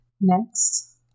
Next